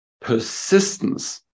persistence